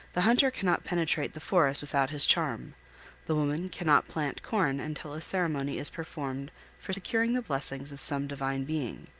the hunter cannot penetrate the forest without his charm the woman cannot plant corn until a ceremony is performed for securing the blessings of some divine being.